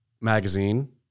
magazine